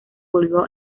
volvió